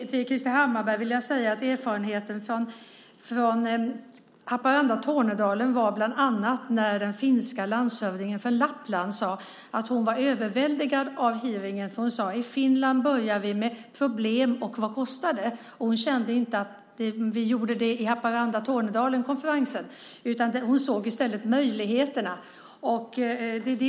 Till Krister Hammarbergh vill jag säga att en av erfarenheterna från Haparanda och Tornedalen var att den finska landshövdingen från Lappland sade att hon var överväldigad av hearingen. Hon sade att i Finland börjar vi med problem och vad det kostar. Hon tyckte inte att vi gjorde så i Tornedalen-Haparanda-konferensen. Hon såg i stället möjligheterna.